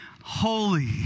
holy